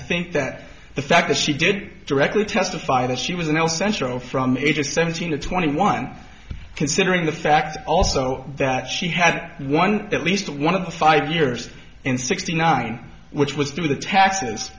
think that the fact that she did directly testify that she was in el centro from ages seventeen to twenty one considering the fact also that she had one at least one of the five years in sixty nine which was through the taxes